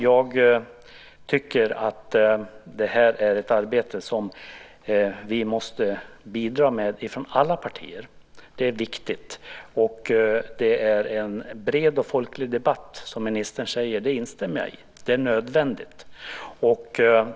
Jag tycker att det här är ett arbete som vi måste bidra med från alla partier. Det är viktigt. Det är en bred och folklig debatt, som ministern säger. Det instämmer jag i. Det är nödvändigt.